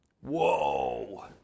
Whoa